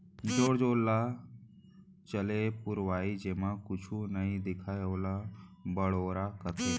जोर जोर ल चले पुरवाई जेमा कुछु नइ दिखय ओला बड़ोरा कथें